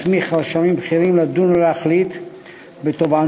מסמיך רשמים בכירים לדון ולהחליט בתובענות